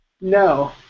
No